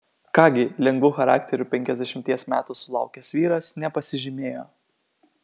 ką gi lengvu charakteriu penkiasdešimties metų sulaukęs vyras nepasižymėjo